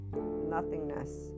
nothingness